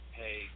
hey